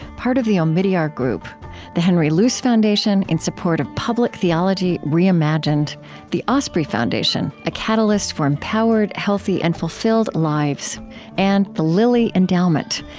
part of the omidyar group the henry luce foundation, in support of public theology reimagined the osprey foundation, a catalyst for empowered, healthy, and fulfilled lives and the lilly endowment,